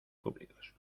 públicos